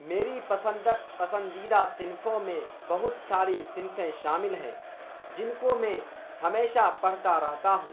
میری پسندیدہ صنفوں میں بہت ساری صنفیں شامل ہیں جن کو میں ہمیشہ پڑھتا رہتا ہوں